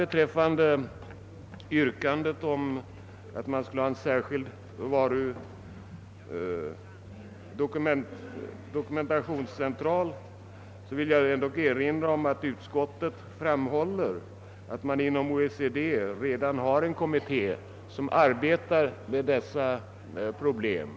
Beträffande yrkandet om en särskild dokumentationscentral vill jag erinra om att utskottet framhåller, att man inom OECD redan har en kommitté som arbetar med dessa problem.